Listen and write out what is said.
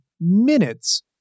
minutes